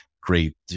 great